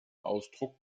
ausdruck